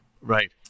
Right